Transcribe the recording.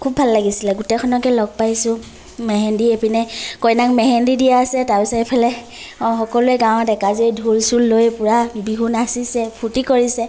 খুব ভাল লাগিছিলে গোটেইখনকে লগ পাইছোঁ মেহেন্দী এপিনে কইনাক মেহেন্দী দিয়া আছে তাৰ পিছত এফালে সকলোৱে গাঁৱত ডেকা জীয়ৰী ঢোল চোল লৈ পূৰা বিহু নাচিছে ফূৰ্তি কৰিছে